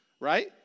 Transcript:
right